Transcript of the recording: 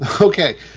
Okay